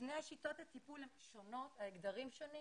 שתי שיטות הטיפול הן שונות, האתגרים שונים